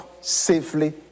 safely